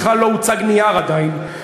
בכלל לא הוצג נייר עדיין.